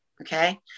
Okay